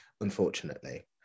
unfortunately